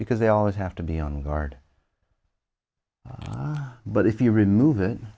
because they always have to be on guard but if you remove it